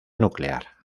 nuclear